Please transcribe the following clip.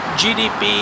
gdp